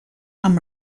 amb